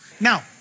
Now